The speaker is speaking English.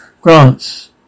Grants